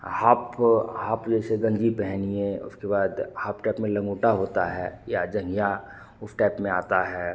half half जैसे जंघी पहनिए उसके बाद हाफ टाइप में लंगोट होती या जाँघिया उस टाइप में आता है